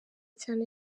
cyane